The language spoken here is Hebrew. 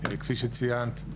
כפי שציינת,